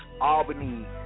Albany